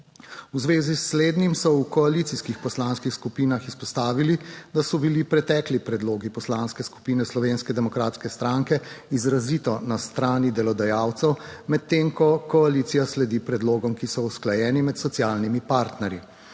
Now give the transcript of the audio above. V zvezi s slednjim so v koalicijskih poslanskih skupinah izpostavili, da so bili pretekli predlogi Poslanske skupine Slovenske demokratske stranke izrazito na strani delodajalcev, medtem ko koalicija sledi predlogom, ki so usklajeni med socialnimi partnerji.